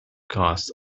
costs